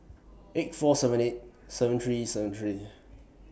eight four seven eight seven three seven three